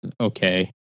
Okay